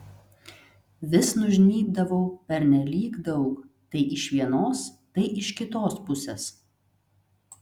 vis nužnybdavau pernelyg daug tai iš vienos tai iš kitos pusės